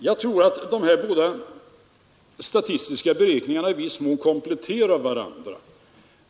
Jag tror att dessa båda statistiska beräkningar i viss mån kompletterar varandra.